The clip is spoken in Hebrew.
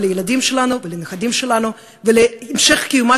לילדים שלנו ולנכדים שלנו ולהמשך קיומה